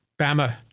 Bama